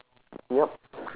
yup